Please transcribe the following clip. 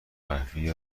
قهوه